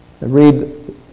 Read